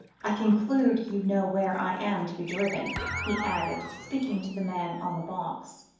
i conclude you know where i am to be driven, he added, speaking to the man on the box.